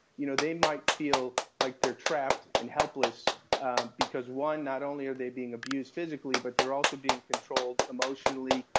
you know, they might feel like they're trapped and helpless because one, not only are they being abused physically, but they're also being controlled emotionally,